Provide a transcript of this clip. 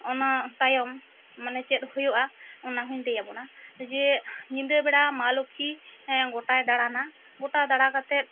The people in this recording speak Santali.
ᱚᱱᱟ ᱛᱟᱭᱚᱢ ᱢᱟᱱᱮ ᱪᱮᱫ ᱦᱩᱭᱩᱜᱼᱟ ᱚᱱᱟ ᱦᱚᱧ ᱞᱟᱹᱭ ᱟᱵᱚᱱᱟ ᱡᱮ ᱧᱤᱫᱟᱹ ᱵᱮᱲᱟ ᱢᱟ ᱞᱩᱠᱷᱤ ᱦᱮᱸ ᱜᱚᱴᱟᱭ ᱫᱟᱲᱟᱱᱟ ᱟᱨ ᱜᱚᱴᱟ ᱫᱟᱲᱟ ᱠᱟᱛᱮᱜ